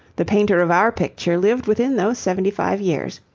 the painter of our picture lived within those seventy-five years.